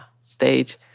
stage